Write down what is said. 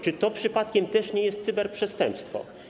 Czy to przypadkiem też nie jest cyberprzestępstwo?